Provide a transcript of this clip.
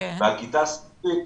ועל כיתה סיעודית,